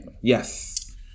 Yes